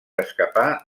escapar